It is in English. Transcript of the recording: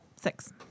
Six